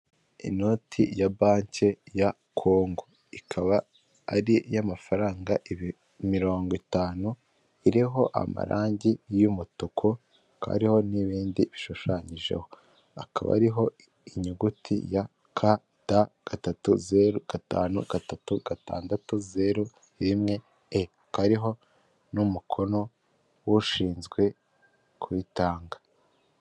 Inoti ya banki ya kongo ikaba ari iy'amafaranga mirongo itanu iriho amarangi y'umutuku, kariho n'ibindi ishushanyijeho akaba ariho inyuguti ya ka gatatu zeru gatanu gatatu gatandatu zeru rimwe e kariho n'umukono w'ushinzwe kuyitanga.